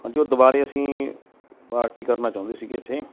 ਹਾਂਜੀ ਉਹ ਦੁਬਾਰਾ ਅਸੀਂ ਪਾਰਟੀ ਕਰਨਾ ਚਾਹੁੰਦੇ ਸੀਗੇ ਇੱਥੇ